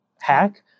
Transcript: hack